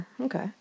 okay